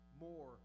more